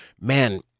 man